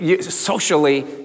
socially